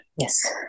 Yes